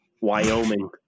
Wyoming